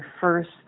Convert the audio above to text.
first